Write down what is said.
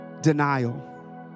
denial